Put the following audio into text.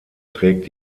trägt